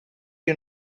you